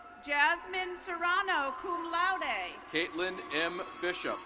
jasmin serrino kum louda. catlin m bishop